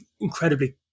incredibly